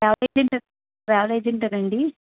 travel agent travel ఏజెంటా అండి